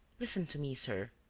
listen to me, sir.